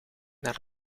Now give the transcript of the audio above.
naar